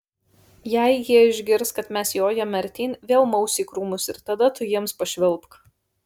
jei jie išgirs kad mes jojame artyn vėl maus į krūmus ir tada tu jiems pašvilpk